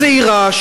צעירה,